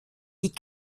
die